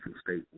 state